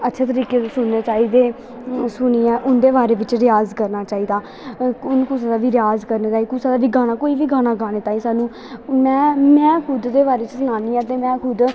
अच्छे तरीके दे सुनने चाहिदे सुनियै उं'दे बारे बिच्च रिआज करना चाहिदा हून कुसै दा बी रिआज करने ताईं कुसै दा बी गाना कोई बी गाना गाने ताईं सानूं में में खुद दे बारे च सनानी आं ते में खुद